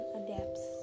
adapts